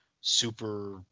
super